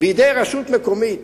בידי רשות מקומית